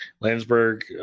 Landsberg